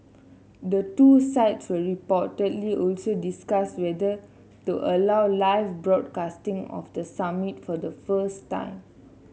the two sides will reportedly also discuss whether to allow live broadcasting of the summit for the first time